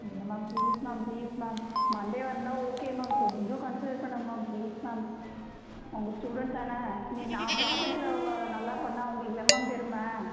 இல்லை ma'am please ma'am please ma'am மண்டேவா இருந்தால் ஓகே மேம் கொஞ்சம் கன்சிடர் பண்ணுங்கள் மேம் ப்ளீஸ் மேம் உங்கள் ஸ்டூடண்ட் தானே நீ நான் ப்ராஜெக்ட்டில் நல்லா பண்ணால் உங்களுக்கு தானே மேம் பெருமை